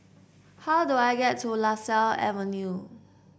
how do I get to Lasia Avenue